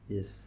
Yes